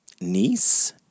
niece